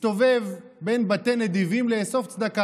הסתובב בין בתי נדיבים לאסוף צדקה.